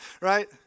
Right